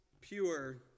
pure